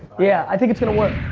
yeah, i think it's going to work.